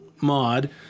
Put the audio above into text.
mod